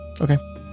Okay